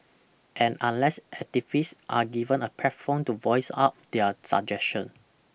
and unless activists are given a platform to voice out their suggestion